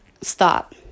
stop